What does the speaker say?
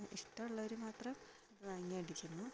ഇഷ്ടമുള്ളവർ മാത്രം വാങ്ങി അടിക്കുന്നു